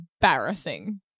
embarrassing